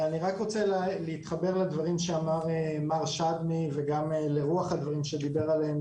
להתחבר לדברים שאמר מר שדמי וגם לרוח הדברים שדיבר עליהם